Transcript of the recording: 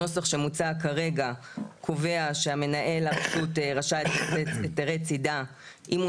הנוסח שמוצע כרגע קובע שמנהל הרשות רשאי לתת היתרי צידה אם הוא